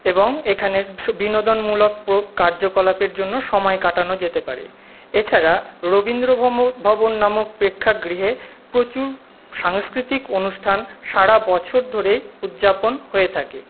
এবং এখানের বিনোদনমূলক কার্যকলাপের জন্য সময় কাটানো যেতে পারে এছাড়া রবীন্দ্র ভবন নামক প্রেক্ষাগৃহে প্রচুর সাংস্কৃতিক অনুষ্ঠান সারা বছর ধরে উদযাপন হয়ে থাকে